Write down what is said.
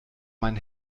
mein